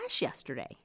yesterday